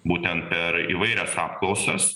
būtent per įvairias apklausas